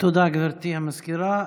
תודה, גברתי המזכירה.